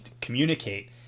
communicate